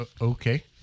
Okay